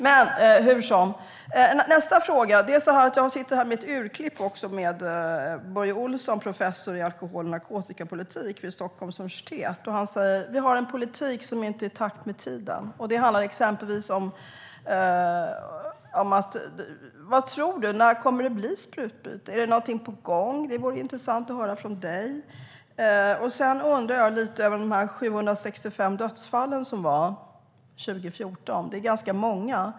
Jag har här ett urklipp av Börje Olsson, professor i alkohol och narkotikapolitik vid Stockholms universitet, som säger: Vi har en politik som inte är i takt med tiden. Vad tror du, Hans Hoff? När kommer det att bli sprutbyte? Är det på gång? Det vore intressant att höra från dig. Sedan undrar jag lite grann över de 765 dödsfallen som inträffade 2014. Det är ganska många.